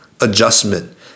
adjustment